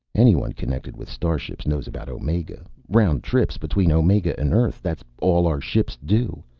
anyone connected with starships knows about omega. round trips between omega and earth, that's all our ships do.